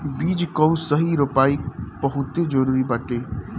बीज कअ सही रोपाई बहुते जरुरी बाटे